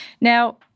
Now